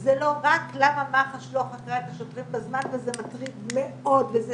זה לא רק למה מח"ש לא חקרה את השוטרים בזמן וזה מטריד מאוד וזה